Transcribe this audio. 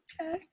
Okay